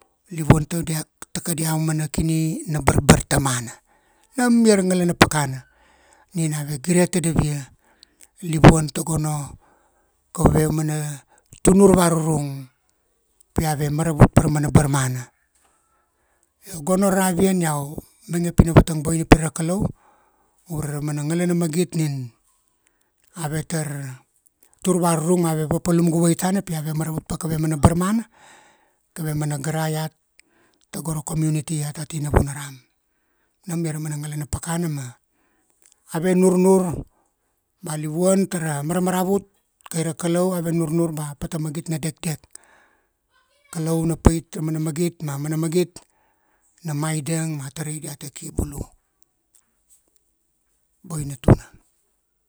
Ma, iau mainge pina vatang boina tuna. Nam uka ma, boina, bona ravian.